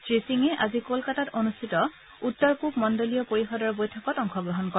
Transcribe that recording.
শ্ৰী সিঙে আজি কলকাতাত অনুষ্ঠিত হোৱা উত্তৰ পূৱ মণ্ডলীয় পৰিষদৰ বৈঠকত অংশগ্লহণ কৰে